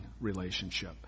relationship